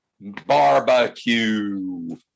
Barbecue